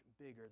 bigger